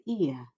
ear